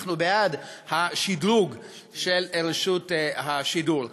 אנחנו בעד השדרוג של רשות השידור,